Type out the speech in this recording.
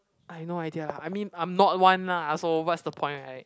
I no idea lah I mean I'm not one lah I also what's the point right